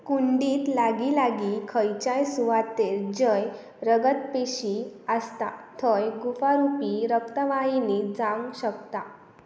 कुंडीत लागीं लागीं खंयच्याय सुवातेर जंय रगतपेशी आसता थंय गुफारुपी रक्तवाहिनी जावंक शकता